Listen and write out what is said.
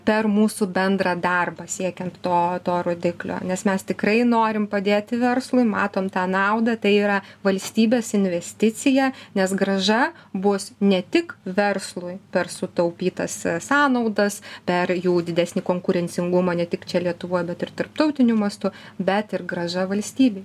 per mūsų bendrą darbą siekiant to to rodiklio nes mes tikrai norim padėti verslui matome tą naudą tai yra valstybės investicija nes grąža bus ne tik verslui per sutaupytas sąnaudas per jų didesnį konkurencingumą ne tik čia lietuvoj bet ir tarptautiniu mastu bet ir grąža valstybei